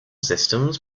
systems